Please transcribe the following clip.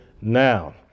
now